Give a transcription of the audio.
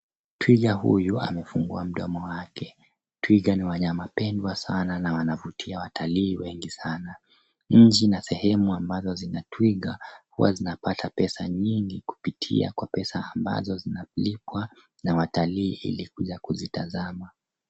Twiga huyu amefungua mdomo wake. Twiga ni wanyama pendwa sana na wanavutia watalii wengi sana. Nchi na sehemu ambazo zina twiga huwa zinapata pesa nyingi kupitia kwa pesa ambazo zinalipwa na watalii ili kuja kuzitazama.